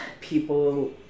people